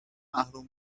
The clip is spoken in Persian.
محروم